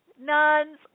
nuns